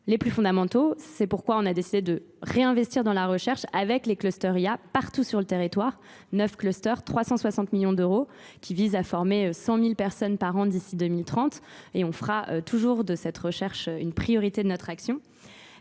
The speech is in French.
les plus fondamentaux. C'est pourquoi on a décidé de réinvestir dans la recherche avec les clusters IA partout sur le territoire. Neuf clusters, 360 millions d'euros qui visent à former 100 000 personnes par an d'ici 2030 et on fera toujours de cette recherche une priorité de notre action.